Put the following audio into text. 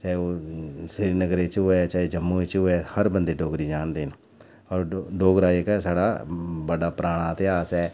ते ओह् श्रीनगर च होऐ जां जम्मू च होऐ हर बंदे डोगरी जानदे न और डोग डोगरा जेह्का बड़ा पराना इतिहास ऐ ते असें